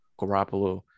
Garoppolo